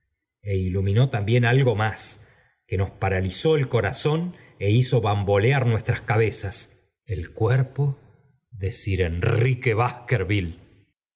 e iluminó también algo más que nos paralizó el corazón ó hizo bambolear nuestras cabezas r el cuerpo de